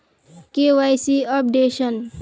KYC updation?